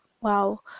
wow